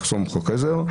לחסום חוק עזר.